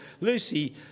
Lucy